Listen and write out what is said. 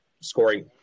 scoring